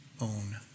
own